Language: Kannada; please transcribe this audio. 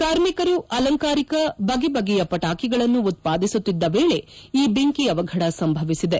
ಕಾರ್ಮಿಕರು ಅಲಂಕಾರಿಕ ಬಗೆಬಗೆಯ ಪಟಾಕಿಗಳನ್ನು ಉತ್ಪಾದಿಸುತ್ತಿದ್ದ ವೇಳೆ ಈ ಬೆಂಕಿ ಅವಘಡ ಸಂಭವಿಸಿದೆ